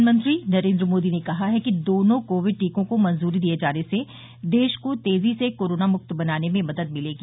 प्रधानमंत्री नरेन्द्र मोदी ने कहा है कि दोनों कोविड टीकों को मंजूरी दिये जाने से देश को तेजी से कोरोना मुक्त बनाने में मदद मिलेगी